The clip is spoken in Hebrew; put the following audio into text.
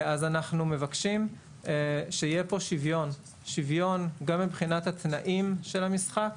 אנחנו מבקשים שיהיה פה שוויון גם מבחינת התנאים של המשחק,